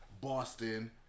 Boston